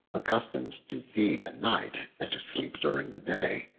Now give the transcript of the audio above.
accustomed to feed at night and to sleep during the day,